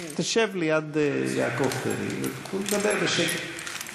שב ליד יעקב פרי ותוכלו לדבר בשקט.